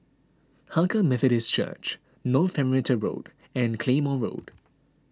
Hakka Methodist Church North Perimeter Road and Claymore Road